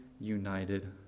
united